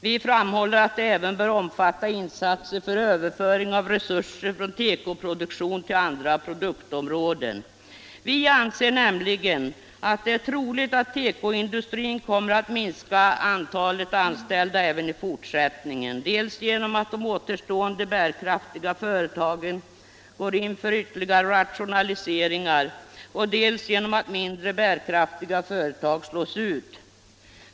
Vi framhåller att det även bör omfatta insatser för överföring av resurser från tekoproduktion till andra produktområden. Vi anser nämligen att det är troligt att tekoindustrin kommer att minska antalet anställda även i fortsättningen, dels genom att de återstående bärkraftiga företagen går in för ytterligare rationalisering, dels genom att mindre bärkraftiga företag slås ut.